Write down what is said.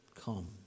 come